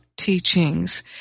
teachings